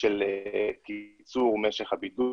גם של קיצור משך הבידוד,